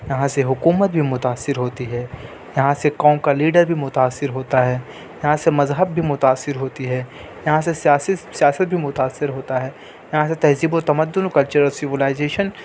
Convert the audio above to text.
یہاں سے حکومت بھی متأثر ہوتی ہے یہاں سے قوم کا لیڈر بھی متأثر ہوتا ہے یہاں سے مذہب بھی متأثر ہوتی ہے یہاں سے سیاسی سیاست بھی متأثر ہوتا ہے یہاں سے تہذیب و تمدن کلچرل سیولائزیشن